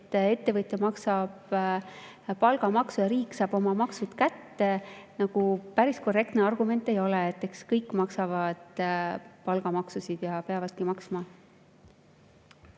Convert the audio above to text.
et ettevõtja maksab palgamaksu ja riik saab oma maksud kätte, nagu päris korrektne argument ei ole. Eks kõik maksavad palgamaksu ja peavadki maksma.